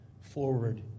forward